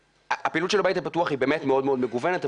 הפעילות של הבית הפתוח היא מאוד מאוד מגוונת,